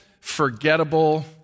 forgettable